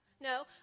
No